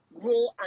grow